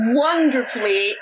wonderfully